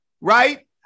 right